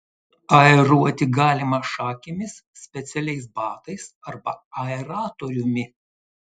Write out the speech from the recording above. aeruoti galima šakėmis specialiais batais arba aeratoriumi